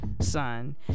son